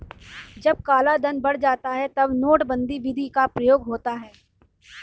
जब कालाधन बढ़ जाता है तब नोटबंदी विधि का प्रयोग होता है